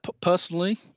personally